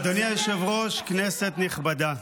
אדוני היושב-ראש, כנסת נכבדה,